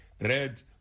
red